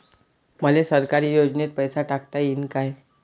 मले सरकारी योजतेन पैसा टाकता येईन काय?